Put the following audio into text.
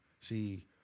See